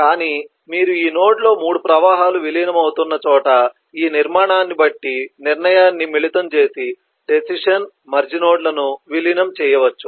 కానీ మీరు ఈ నోడ్లో 3 ప్రవాహాలు విలీనం అవుతున్న చోట ఈ నిర్మాణాన్ని బట్టి నిర్ణయాన్ని మిళితం చేసి డెసిషన్ మెర్జ్ నోడ్లను విలీనం చేయవచ్చు